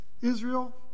Israel